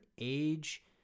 age